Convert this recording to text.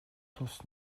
тус